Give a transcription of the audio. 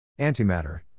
Antimatter